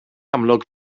amlwg